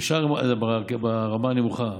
ברמה הנמוכה,